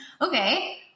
Okay